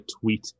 tweet